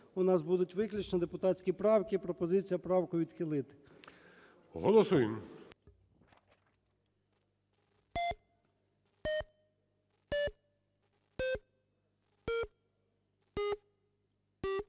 у нас будуть виключно депутатські правки. Пропозиція правку відхилити. ГОЛОВУЮЧИЙ.